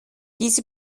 diese